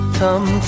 come